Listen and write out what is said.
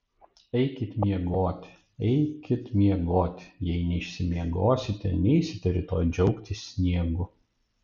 eikit miegoti eikit miegoti jei neišsimiegosite neisite rytoj džiaugtis sniegu